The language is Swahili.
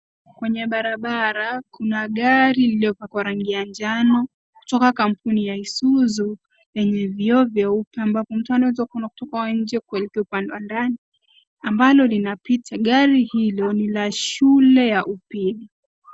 Kwenye barabara kuna gari liliopakwa rangi ya njano kutoka kampuni ya Isuzu enye vioo vyeupe ambavyo mtu anaweza kuona kutoka nje kuelekea upande wa ndani ambalo linapita. Gari hilo ni la shule ya upili.